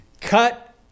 cut